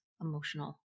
emotional